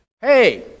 hey